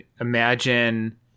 imagine